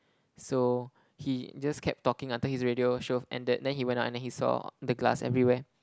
so he just kept talking until his radio show have ended then he went out and then he saw the glass everywhere